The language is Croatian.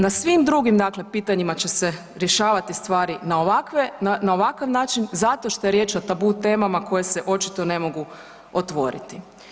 Na svim drugim pitanjima će se rješavati na ovakav način zato što je riječ o tabu temama koje se očito ne mogu otvoriti.